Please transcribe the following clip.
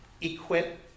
equip